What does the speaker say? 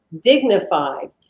Dignified